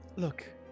Look